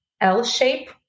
L-shape